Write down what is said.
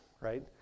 right